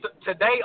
today